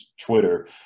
Twitter